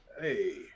Hey